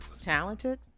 talented